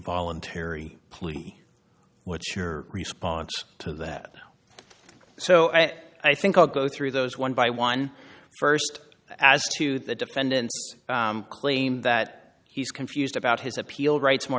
voluntary plea what's your response to that so i think i'll go through those one by one first as to the defendant's claim that he's confused about his appeal rights more